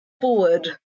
forward